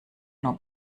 nur